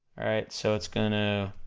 alright, so it's gonna